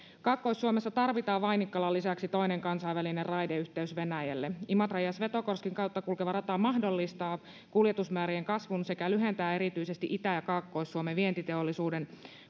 kaakkois suomessa tarvitaan vainikkalan lisäksi toinen kansainvälinen raideyhteys venäjälle imatran ja svetogorskin kautta kulkeva rata mahdollistaa kuljetusmäärien kasvun sekä lyhentää erityisesti itä ja kaakkois suomen vientiteollisuuden